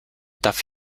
darf